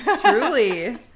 Truly